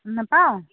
নাপাওঁ